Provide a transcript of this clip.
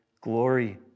glory